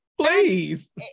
Please